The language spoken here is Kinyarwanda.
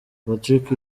patrick